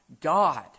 God